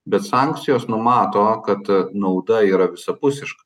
bet sankcijos numato kad nauda yra visapusiška